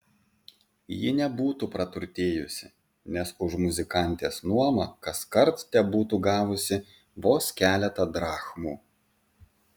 ji nebūtų praturtėjusi nes už muzikantės nuomą kaskart tebūtų gavusi vos keletą drachmų